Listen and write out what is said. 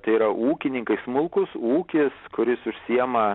tai yra ūkininkai smulkus ūkis kuris užsiema